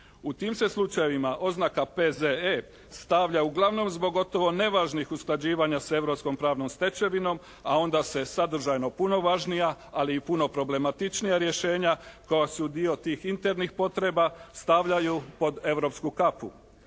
U tim se slučajevima oznaka P.Z.E. stavlja uglavnom zbog gotovo nevažnih usklađivanja sa europskom pravnom stečevinom, a onda se sadržajno puno važnija ali i puno problematičnija rješenja koja su dio tih internih potreba stavljaju pod europsku kapu.